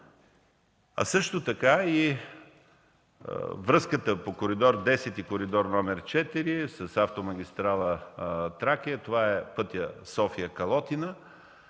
Включена е и връзката по Коридор 10 и Коридор 4 с автомагистрала „Тракия”, това е пътят София-Калотина